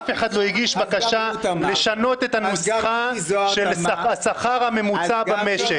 אף אחד לא הגיש בקשה לשנות את הנוסחה של השכר הממוצע במשק.